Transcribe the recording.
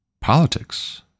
politics